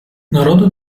народы